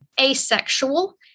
asexual